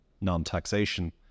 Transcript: non-taxation